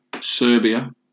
Serbia